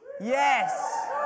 Yes